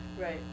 Right